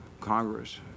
Congress